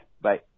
bye